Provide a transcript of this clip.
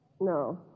No